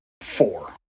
Four